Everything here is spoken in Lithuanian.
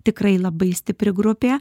tikrai labai stipri grupė